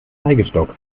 zeigestock